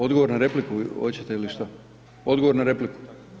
Odgovor na repliku hoćete ili šta? … [[Upadica sa strane, ne razumije se.]] Odgovor na repliku?